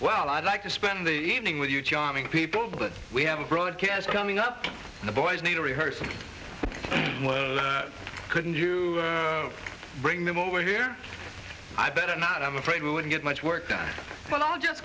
well i'd like to spend the evening with you charming people but we have a broadcast coming up the boys need a rehearsal couldn't you bring them over here i better not i'm afraid would get much work that well i'll just